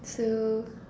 so